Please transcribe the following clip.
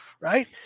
right